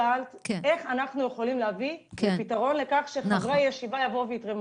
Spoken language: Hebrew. את שאלת איך אנחנו יכולים להביא לפתרון שתלמידי ישיבה יבואו ויתרמו